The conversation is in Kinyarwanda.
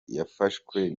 yafashwe